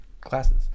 classes